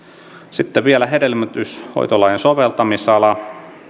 sitten vielä hedelmöityshoitolain soveltamisala